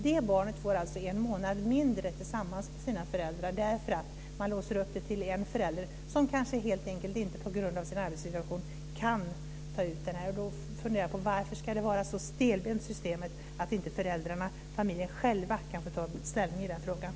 Det barnet får alltså en månad mindre tillsammans med sina föräldrar därför att man låser upp detta till en förälder som på grund av sin arbetssituation helt enkelt inte kan ta ut den. Jag har funderat på varför systemet ska vara så stelbent att inte familjen själv kan få ta ställning i den frågan.